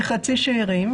וחצי שארים,